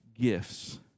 gifts